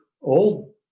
old